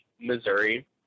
Missouri